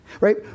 Right